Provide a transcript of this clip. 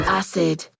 acid